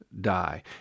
die